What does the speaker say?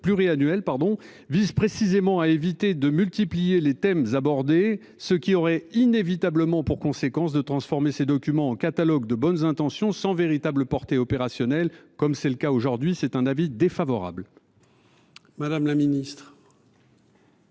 pluriannuel pardon vise précisément à éviter de multiplier les thèmes abordés ce qui aurait inévitablement pour conséquence de transformer ces documents catalogue de bonnes intentions sans véritable portée opérationnelle comme c'est le cas aujourd'hui. C'est un avis défavorable. Madame la Ministre.